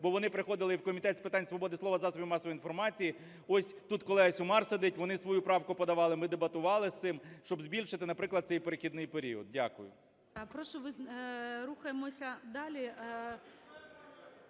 бо вони приходили в Комітет з питань свободи слова засобів масової інформації. Ось тут колега Сюмар сидить, вони свою правку подавали, ми дебатували з цим, щоб збільшити, наприклад, цей перехідний період. Дякую.